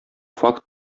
факт